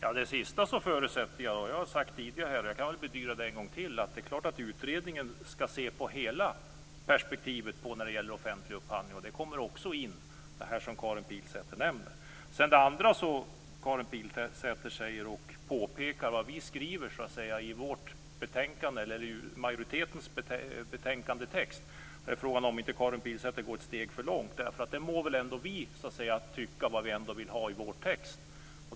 Fru talman! Det sista förutsätter jag. Jag har sagt det tidigare här. Jag kan än en gång bedyra att det är klart att utredningen skall se på hela perspektivet när det gäller offentlig upphandling. Det som Karin Pilsäter nämner kommer också in. Karin Pilsäter påpekar vad vi i majoriteten skriver i betänkandetexten. Det är fråga om inte Karin Pilsäter går ett steg för långt. Vi må väl ändå bestämma vad vi vill ha i vår text.